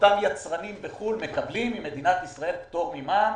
אותם יצרנים בחו"ל מקבלים ממדינת ישראל פטור ממע"מ.